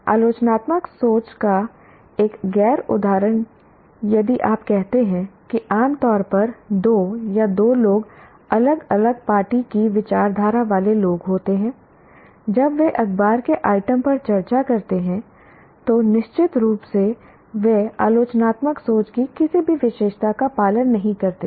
आलोचनात्मक सोच का एक गैर उदाहरण यदि आप कहते हैं कि आम तौर पर दो या दो लोग अलग अलग पार्टी की विचारधारा वाले लोग होते हैं जब वे अखबार के आइटम पर चर्चा करते हैं तो निश्चित रूप से वे आलोचनात्मक सोच की किसी भी विशेषता का पालन नहीं करते हैं